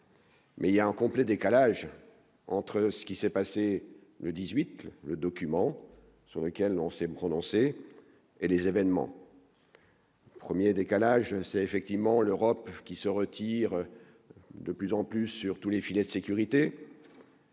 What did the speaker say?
mais il y a en complet décalage entre ce qui s'est passé le 18 le le document sur lequel on s'est prononcé et les événements. 1er décalage c'est effectivement l'Europe qui se retire de plus en plus surtout les filets de sécurité.